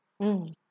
mm